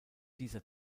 dieser